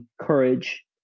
courage